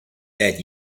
dead